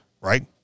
right